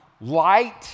light